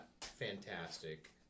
fantastic